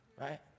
right